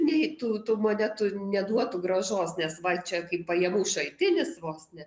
nei tų tų monetų neduotų grąžos nes va čia kaip pajamų šaltinis vos ne